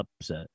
upset